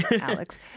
Alex